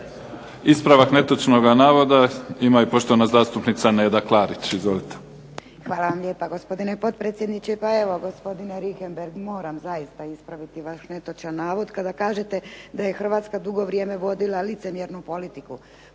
Ispravak netočnoga navoda ima i poštovana zastupnica Neda Klarić. Izvolite. **Klarić, Nedjeljka (HDZ)** Hvala lijepa gospodine potpredsjedniče. Pa evo gospodine Richembergh moram zaista ispraviti vaš netočan navod kada kažete da je Hrvatska dugo vrijeme vodila licemjernu politiku.